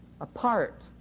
apart